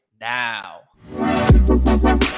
now